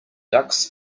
ducks